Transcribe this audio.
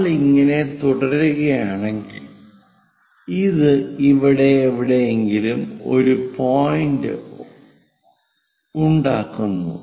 നമ്മൾ ഇങ്ങനെ തുടരുകയാണെങ്കിൽ അത് ഇവിടെ എവിടെയെങ്കിലും ഒരു പോയിന്റ് ഉണ്ടാക്കുന്നു